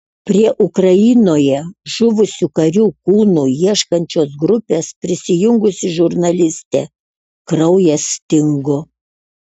prie ukrainoje žuvusių karių kūnų ieškančios grupės prisijungusi žurnalistė kraujas stingo